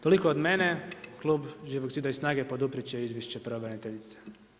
Toliko od mene, klub Živog zida i SNAGA-e poduprijeti će Izvješće pravobraniteljice.